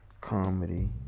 comedy